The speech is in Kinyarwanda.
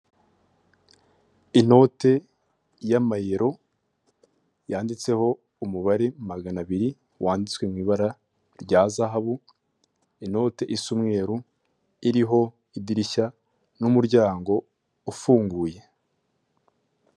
Inote y'amayero yanditseho umubare magana abiri, wanditswe mu ibara rya zahabu, inote isa umweru iriho idirishya n'umuryango ufunguye.